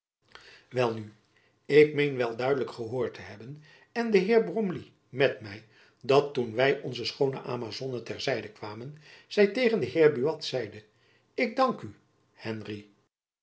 nu ik meen wel duidelijk gehoord te hebben en de heer bromley met my dat toen wy onze schoone amazone ter zijde kwamen zy tegen den heer buat zeide ik dank u henry